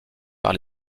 par